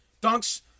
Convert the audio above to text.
Dunk's